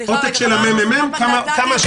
עותק של הממ"מ, כמה שאת רוצה.